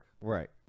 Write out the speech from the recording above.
Right